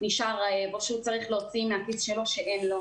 נשאר רעב או שהוא צריך להוציא מהכיס שלו שאין לו.